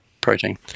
protein